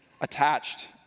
attached